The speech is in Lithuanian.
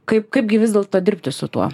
kaip kaipgi vis dėlto dirbti su tuo